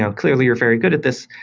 so clearly, you're very good at this.